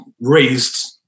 raised